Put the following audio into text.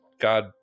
god